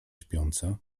śpiąca